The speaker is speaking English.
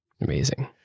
Amazing